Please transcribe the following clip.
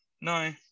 No